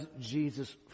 Jesus